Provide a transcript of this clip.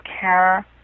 care